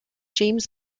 james